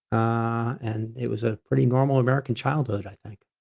ah and it was a pretty normal american childhood, i think.